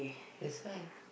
that's why